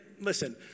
listen